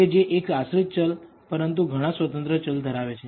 કે જે એક આશ્રિત ચલ પરંતુ ઘણા સ્વતંત્ર ચલ ધરાવે છે